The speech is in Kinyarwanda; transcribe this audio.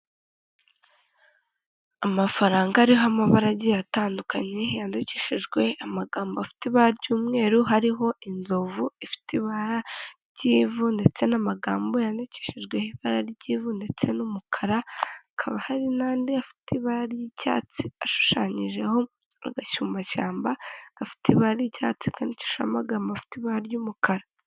Amafaranga ariho amabara agiye atandukanye yandikishijwe amagambo afite ibara ry'umweru, hariho inzovu ifite ibara ry'ivu ndetse n'amagambo yandikishijeho ibara ry'ivu ndetse n'umukara, hakaba hari n'andi afite ibara ry'icyatsi ashushanyijeho agasumbashyamba gafite ibara ry'icyatsi kandikishijeho amagambo afite ibara ry'umukara.